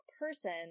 person